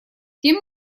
тем